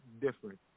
different